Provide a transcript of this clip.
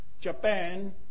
Japan